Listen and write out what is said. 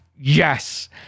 yes